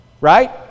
Right